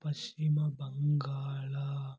Paschim Bangala